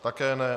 Také ne.